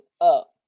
up